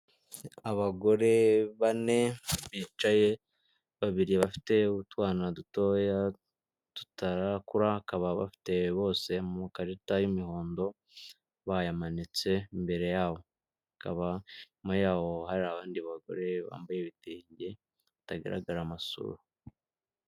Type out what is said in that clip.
Abagore bane, bicaye babiri bafite utwana dutoya tutarakura, bakaba bafite bose amakarita y'umuhondo, bayamanitse imbere yabo bakaba inyuma yaho hari abandi bagore bambaye ibitenge, batagaragara amasura.